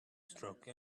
stroke